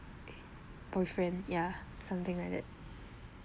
boyfriend ya something like that